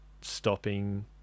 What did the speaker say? stopping